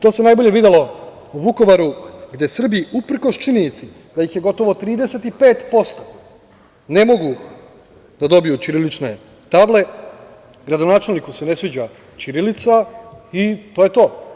To se najbolje videlo u Vukovaru, gde Srbi uprkos činjenici da ih je gotovo 35%, ne mogu da dobiju ćirilične table, gradonačelniku se ne sviđa ćirilica i to je to.